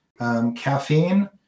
Caffeine